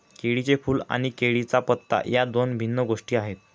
केळीचे फूल आणि केळीचा पत्ता या दोन भिन्न गोष्टी आहेत